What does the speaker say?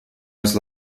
was